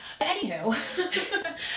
Anywho